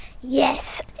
Yes